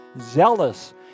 zealous